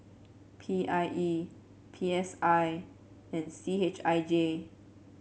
P I E P S I and C H I J